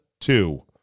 two